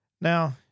Now